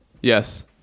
Yes